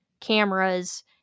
cameras